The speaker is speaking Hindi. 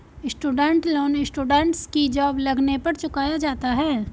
स्टूडेंट लोन स्टूडेंट्स की जॉब लगने पर चुकाया जाता है